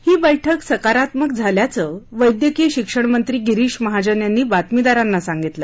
ही बैठक सकारात्मक झाल्याचं वैद्यकीय शिक्षण मंत्री गिरीश महाजन यांनी बातमीदारांना सांगितलं